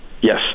yes